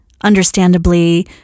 understandably